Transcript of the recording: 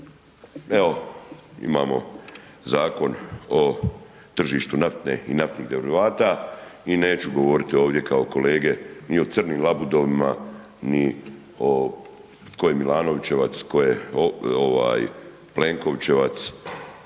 Evo imamo Zakon o tržištu nafte i naftnih derivata i neću govoriti ovdje kao kolege ni u crnim labudovima ni tko je Milanovićevac, tko je Plenkovićevac,